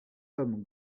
tom